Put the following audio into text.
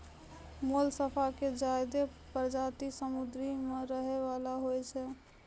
मोलसका के ज्यादे परजाती समुद्र में रहै वला होय छै